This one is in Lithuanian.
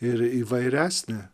ir įvairesnė